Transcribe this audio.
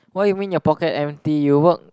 what you mean your pocket empty you work